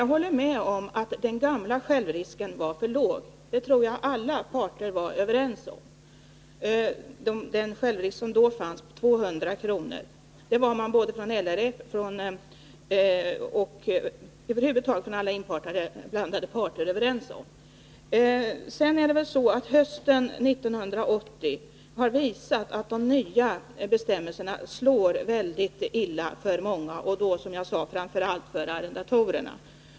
Herr talman! Mycket kort: Jag håller med om att den gamla självrisken på 200 kr. var för låg, och det tror jag att LRF och alla andra inblandade parter var överens om. Hösten 1980 har emellertid visat att de nya bestämmelserna slår väldigt illa för många, framför allt för arrendatorerna.